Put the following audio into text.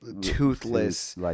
toothless